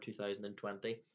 2020